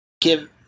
give